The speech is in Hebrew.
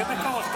על קרח,